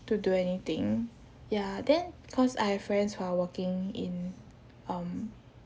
to do anything ya then cause I have friends who are working in um